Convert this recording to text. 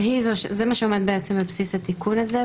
וזה מה שעומד בבסיס התיקון הזה,